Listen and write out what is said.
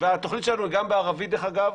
והתוכנית שלנו היא גם בערבית, דרך אגב.